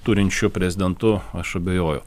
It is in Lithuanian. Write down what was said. turinčiu prezidentu aš abejoju